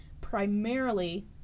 Primarily